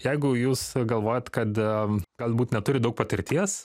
jeigu jūs galvojat kad galbūt neturit daug patirties